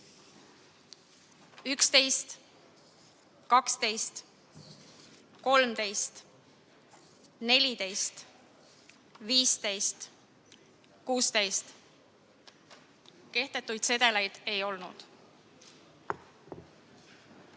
11, 12, 13, 14, 15, 16. Kehtetuid sedeleid ei olnud.